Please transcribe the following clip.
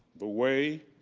the way,